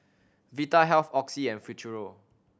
Vitahealth Oxy and Futuro